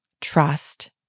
trust